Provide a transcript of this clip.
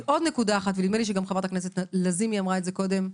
נדמה לי שגם חברת הכנסת לזימי אמרה קודם,